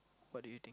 what do you think